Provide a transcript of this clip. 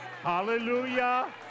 Hallelujah